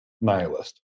nihilist